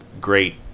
great